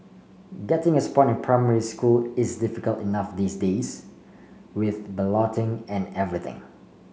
getting a spot in primary school is difficult enough these days with balloting and everything